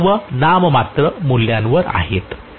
ते सर्व नाममात्र मूल्यांवर आहेत